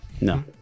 no